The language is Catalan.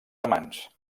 amants